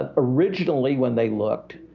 ah originally when they looked,